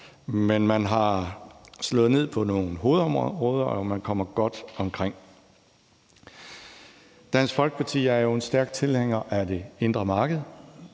men man har slået ned på nogle hovedområder, og man kommer godt omkring. Dansk Folkeparti er jo en stærk tilhænger af det indre marked.